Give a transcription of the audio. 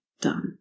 done